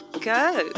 go